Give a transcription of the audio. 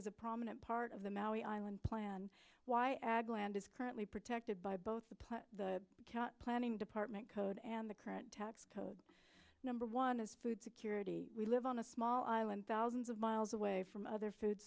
is a prominent part of the maui island plan why ag land is currently protected by both the plan the planning department code and the current tax code number one is food security we live on a small island thousands of miles away from other food